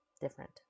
different